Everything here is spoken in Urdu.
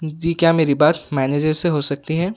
جی کیا میری بات مینیجر سے ہو سکتی ہے